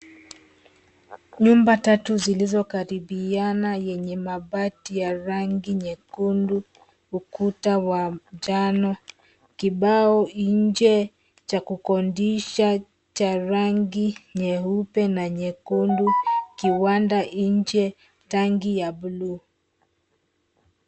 Nyumba tatu zilizokaribiana yenye mabati ya rangi nyekundu, ukuta wa njano, kibao nje cha kukodisha cha rangi nyeupe na nyekundu, kiwanda nje, tanki ya buluu.